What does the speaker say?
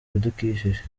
ibidukikije